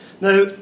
Now